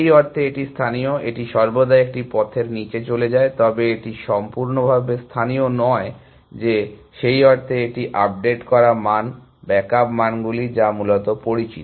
এই অর্থে এটি স্থানীয় এটি সর্বদা একটি পথের নিচে চলে যায় তবে এটি সম্পূর্ণরূপে স্থানীয় নয় যে সেই অর্থে এটি আপডেট করা মান ব্যাক আপ মানগুলি যা মূলত পরিচিত